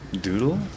doodle